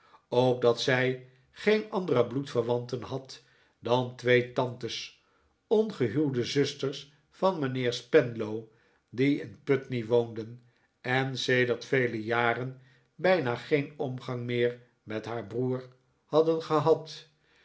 ook dat zij geen andere bloedverwanten had dan twee tantes ongehuwde zusters van mijnheer spenlow die in putney woonden en sedert vele jaren bijna geen omgang meer met haar broer hadden gehad